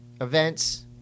events